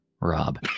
Rob